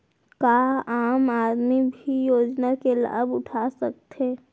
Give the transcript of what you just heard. का आम आदमी भी योजना के लाभ उठा सकथे?